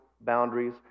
boundaries